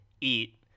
eat